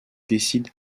décide